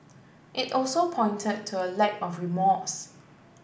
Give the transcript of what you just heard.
it also pointed to a lack of remorse